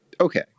Okay